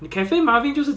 ah